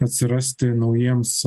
atsirasti naujiems